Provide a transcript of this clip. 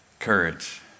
Courage